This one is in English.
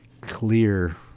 clear